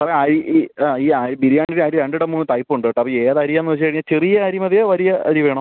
സാറേ ആ ബിരിയാണിയുടെ അരി രണ്ട് മൂന്ന് ടൈപ്പുണ്ട് കേട്ടോ ഏത് അരിയാണ് വച്ച് കഴിഞ്ഞാൽ ചെറിയ അരി മതിയോ വലിയ അരി വേണോ